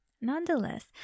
Nonetheless